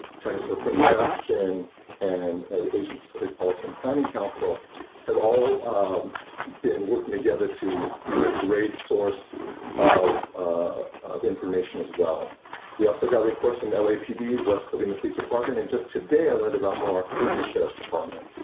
chinese for affirmative action and ah the asian pacific policy and planning council have all been working together to be a great source of ah of information as well we also got reports when lapd, west covina police department, and just today i learned about more in the sheriff's department